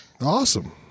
Awesome